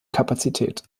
kapazität